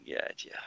Gotcha